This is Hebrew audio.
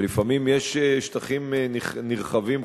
ולפעמים יש שטחים נרחבים,